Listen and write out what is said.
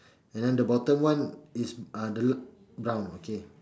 and then the bottom one is uh the brown okay